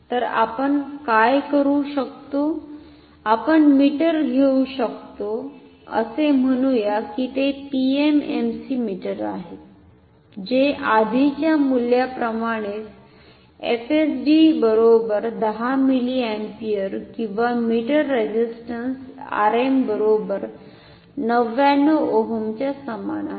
तर आपण काय करु शकतो आपण मीटर घेऊ शकतो असे म्हणूया कि ते पीएमएमसी मीटर आहे जे आधिच्या मुल्याप्रमाणेच एफएसडी बरोबर 10 मिलीअम्पियर आणि मीटर रेझिस्टंस Rm बरोबर 99 ओहमच्या समान आहे